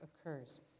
occurs